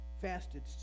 fasted